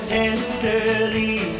tenderly